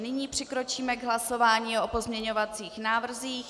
Nyní přikročíme k hlasování o pozměňovacích návrzích.